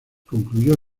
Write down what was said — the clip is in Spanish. concluyó